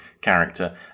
character